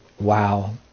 wow